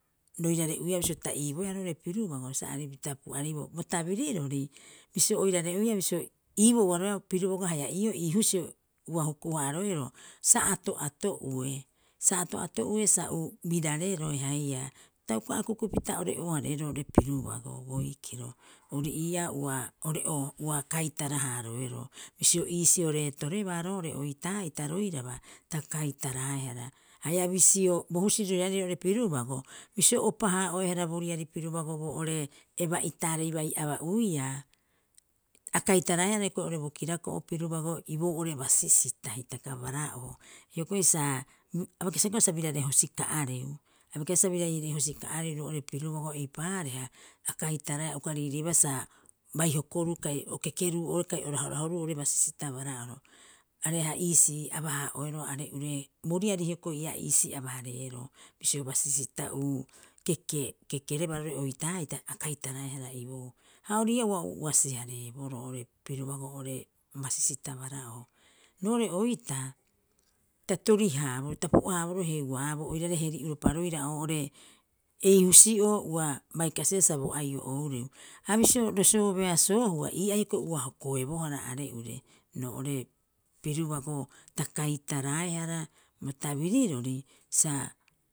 Roirare'uiaa bisio ta iibooe roo'ore pirubago sa aripupita pu'ariboo. Bo tabirirori bisio oirare'uiaa bisio iiboo ua roeaa pirubago haia ii husio ua huku- hararoeroo, sa ato'ato'ue sa birareroe haia. Ta uka akukupita ore'oo- hareroo roo'ore pirubago, boikiro, ori ii'aa ua ore'oo ua kaitara- haaroeroo. Bisio iisio reetorebaa oitaa'ita roiraba ta kaitaraehara, haia bisio bo husiri roiraarei roo'ore pirubago, bisio opa- haa'oehara bo riari pirubago boo'ore eba'itaarei bai aba'uia, a kaitaraehara hioko'i oo'ore bo kirako'o pirubago iboou oo'ore basisita hitaka bara'oo. Hioko'i saa a bai kasibaa sa biraae hosika'areu roo'ore pirubago. Eipaareha, a kaitaraea a uka riiriiebaa sa bai hokoruu kai sa o kekeruu oo kai o rahorahoruu oo'ore basisita bara'oro, areha iisi aba- haa'oeroo are'ure bo riari. Hioko'i ii'aa a iisii aba- haareerooo bisio basisita uu keke- kekerebaa roo'ore oitaa'ita a kaitareehara iboou. Ha ori ii'aa ua o uasi- hareeboroo oo'ore pirubago oo'ore basisita bara'oo. Roo'ore oitaa, ta tori- haaboroo. ta pu'a- haaboroo heuaaboo oirare heri'uropa roira oo'ore ei husii'oo ua bai kasiia sa bo ai'o oureu. Ha bisio ro soobeasoohua ii'aa hioko'i ua hokoebohara are'ure roo'ore pirubago ta kaitaraehara bo tabirirori sa.